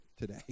today